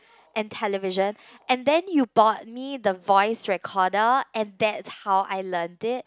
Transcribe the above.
and television and then you bought me the voice recorder and that's how I learnt it